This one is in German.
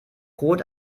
rot